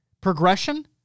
progression